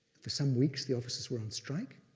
for some weeks, the officers were on strike.